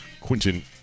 Quinton